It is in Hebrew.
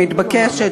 היא מתבקשת,